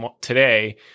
today